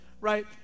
right